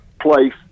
place